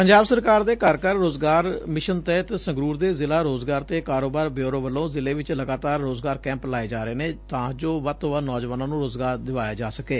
ਪੰਜਾਬ ਸਰਕਾਰ ਦੇ ਘਰ ਘਰ ਰੋਜ਼ਗਾਰ ਮਿਸ਼ਨ ਤਹਿਤ ਸੰਗਰੂਰ ਦੇ ਜ਼ਿਲ੍ਹਾ ਰੋਜ਼ਗਾਰ ਤੇ ਕਾਰੋਬਾਰ ਬਿਓਰੋ ਵੱਲੋਂ ਜ਼ਿਲ੍ਹੇ ਵਿਚ ਲਗਾਤਾਰ ਰੋਜ਼ਗਾਰ ਕੈਂਪ ਲਾਏ ਜਾ ਰਹੇ ਨੇ ਤਾਂ ਜੋ ਵੱਧ ਤੋਂ ਵੱਧ ਨੌਜਵਾਨਾਂ ਨੂੰ ਰੋਜ਼ਗਾਰ ਦਿਵਾਇਆ ਜਾ ਸਕੇ